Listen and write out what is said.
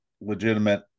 legitimate